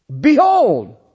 Behold